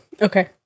Okay